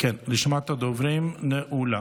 רשימת הדוברים נעולה.